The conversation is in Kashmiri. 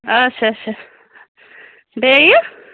اَچھا اَچھا بیٚیہِ